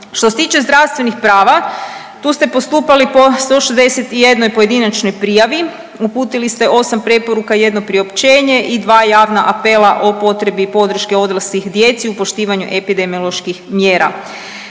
Što se tiče zdravstvenih prava tu ste postupali po 161 pojedinačnoj prijavi, uputili ste 8 preporuka i jedno priopćenje i 2 javna apela o potrebi podrške odraslih i djeci u poštivanju epidemioloških mjera.